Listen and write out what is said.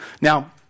Now